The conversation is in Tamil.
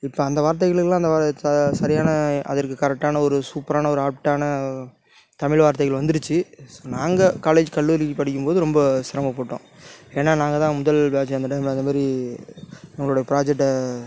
இப்போ அந்த வார்த்தைகளுக்கெலாம் அந்த வா ச சரியான அதற்கு கரெக்டான ஒரு சூப்பரான ஒரு ஆப்ட்டான தமிழ் வார்த்தைகள் வந்துருச்சு நாங்கள் காலேஜ் கல்லூரி படிக்கும் போது ரொம்ப சிரமப்பட்டோம் ஏன்னால் நாங்கள் தான் முதல் பேட்ச் அந்த டைம் அதை மாரி நம்மளோடய ப்ராஜெக்ட்டை